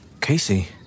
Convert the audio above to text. Casey